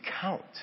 count